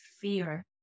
fear